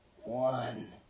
One